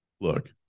look